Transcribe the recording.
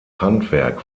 handwerk